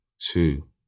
two